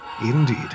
Indeed